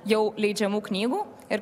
jau leidžiamų knygų ir